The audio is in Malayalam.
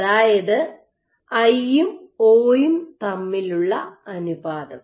അതായത് ഐയും ഒയും തമ്മിലുള്ള അനുപാതം